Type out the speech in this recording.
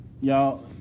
y'all